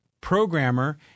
programmer